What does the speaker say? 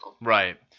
right